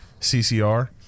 ccr